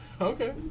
Okay